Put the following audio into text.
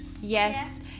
Yes